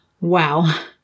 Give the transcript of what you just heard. Wow